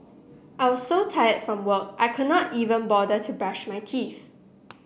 I was so tired from work I could not even bother to brush my teeth